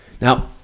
Now